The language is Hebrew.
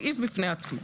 סעיף בפני עצמו.